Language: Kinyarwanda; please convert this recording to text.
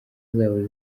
zabo